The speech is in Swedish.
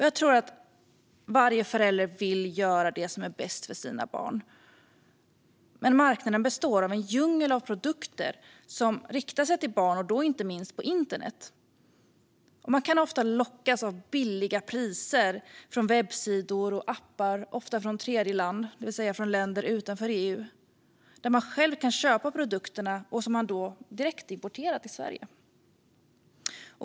Jag tror att alla föräldrar vill göra det som är bäst för deras barn, men marknaden består av en djungel av produkter som riktar sig till barn, inte minst på internet. Man kan ofta lockas av billiga priser från webbsidor och appar från tredjeland, det vill säga från länder utanför EU, där man själv kan köpa produkterna som man då direktimporterar till Sverige.